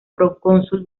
procónsul